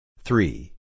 three